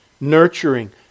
nurturing